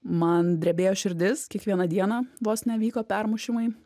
man drebėjo širdis kiekvieną dieną vos ne vyko permušimai